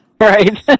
Right